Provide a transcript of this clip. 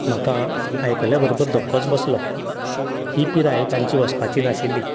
म्हाका आयकल्या बरोबर धक्कोच बसलो ही पिराय तांची वसपाची नाशिल्ली